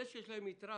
זה שיש להם יתרה